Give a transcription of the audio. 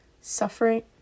suffering